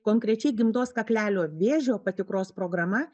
konkrečiai gimdos kaklelio vėžio patikros programa